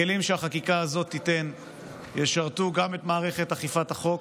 הכלים שהחקיקה הזאת תיתן ישרתו גם את מערכת אכיפת החוק,